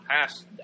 past